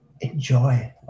enjoy